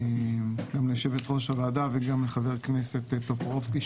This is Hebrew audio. תודה גם ליושבת-ראש הוועדה וגם לחבר הכנסת טופורובסקי,